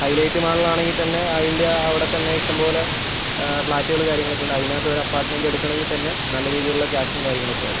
high light മാളില് ആണെങ്കില് തന്നെ അതിന്റെ അവിടെ തന്നെ ഇഷ്ടംപോലെ ഫ്ലാറ്റുകൾ കാര്യങ്ങൾ ഒക്കെ ഉണ്ട് അതിനകത്ത് ഒരു അപ്പാര്ട്ട്മെന്റ് എടുക്കണമെങ്കിൽ തന്നെ നല്ല രീതിയിലുള്ള ക്യാഷും കാര്യങ്ങളും ഒക്കെയാകും